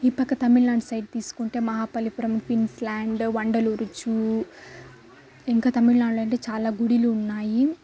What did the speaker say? ఈ పక్క తమిళనాడు సైడ్ తీసుకుంటే Mahabalipuram Queensland Vandalur zoo ఇంకా తమిళనాడులో అయితే చాలా గుళ్ళు ఉన్నాయి